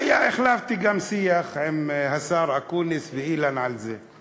והחלפתי גם שיח עם השר אקוניס ואילן על זה.